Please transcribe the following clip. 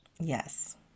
Yes